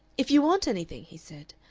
if you want anything, he said,